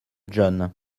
john